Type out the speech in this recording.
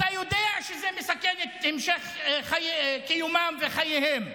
אתה יודע שזה מסכן את המשך קיומם וחייהם.